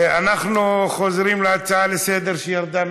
חוזרים להצעה לסדר-היום שירדה,